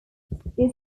this